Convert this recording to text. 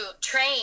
train